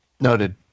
Noted